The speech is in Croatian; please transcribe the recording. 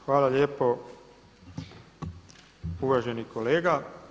Hvala lijepo uvaženi kolega.